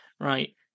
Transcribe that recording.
right